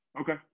Okay